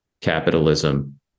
capitalism